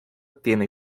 tiene